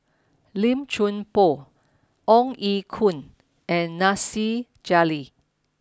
Lim Chuan Poh Ong Ye Kung and Nasir Jalil